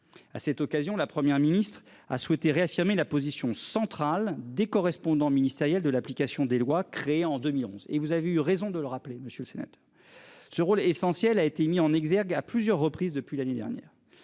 À cette occasion, la Première ministre a souhaité réaffirmer la position centrale des correspondants ministérielle de l'application des lois, créé en 2011 et vous avez eu raison de le rappeler, Monsieur le Sénateur. Ce rôle essentiel a été mis en exergue à plusieurs reprises depuis l'année dernière.